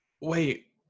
wait